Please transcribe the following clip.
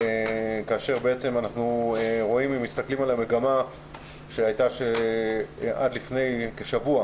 אנחנו מסתכלים על מגמה שהייתה עד לפני שבוע,